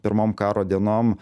pirmom karo dienom